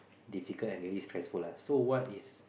difficult and really stressful lah so what is